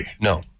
No